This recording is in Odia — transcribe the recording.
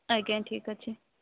ଆଜ୍ଞା ଠିକ୍ ଅଛି